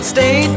Stay